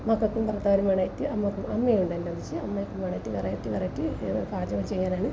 അമ്മ അമ്മയുണ്ട് എന്റെ ഒന്നിച്ചു അമ്മക്ക് വെറൈറ്റി വെറൈറ്റി പാചകം ചെയ്യാനാണ്